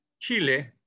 Chile